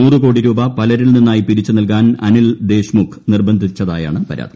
നൂറ് കോടി രൂപ പലരിൽ നിന്നായി പിരിച്ചു നൽകാൻ അനിൽ ദേശ്മുഖ് നിർബന്ധിച്ചതായാണ് പരാതി